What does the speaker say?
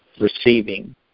receiving